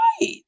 right